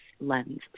lens